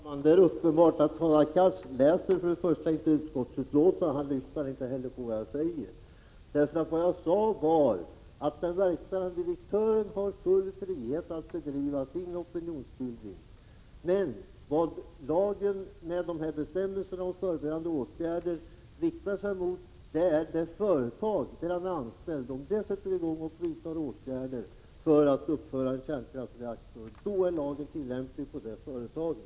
Herr talman! Det är uppenbart att Hadar Cars för det första inte läser utskottsbetänkandet, för det andra inte lyssnar på vad jag säger. Vad jag sade var att den verkställande direktören har full frihet att bedriva sin opinionsbildning. Vad lagen med bestämmelser om förebyggande åtgärder riktar sig mot är att det företag där han är anställd skulle sätta i gång åtgärder för att uppföra en kärnkraftsreaktor. Då är lagen tillämplig på företaget.